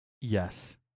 yes